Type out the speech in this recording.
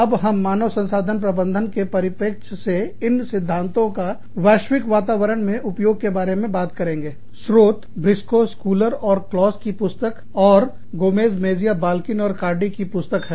अब हम मानव संसाधन प्रबंधक के परिप्रेक्ष्य से इन सिद्धांतों का वैश्विक वातावरण मे उपयोग के बारे में बात करेंगे स्रोत स्कुलर ब्रिस्को स्कुलर और क्लॉस की पुस्तक और गोमेज़ मेजिया बल्किन और कार्डी की पुस्तक हैं